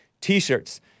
t-shirts